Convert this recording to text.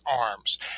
arms